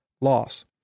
loss